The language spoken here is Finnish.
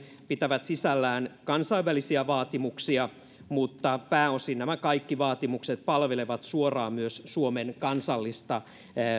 pitävät sisällään kansainvälisiä vaatimuksia mutta pääosin nämä kaikki vaatimukset palvelevat suoraan myös suomen kansallista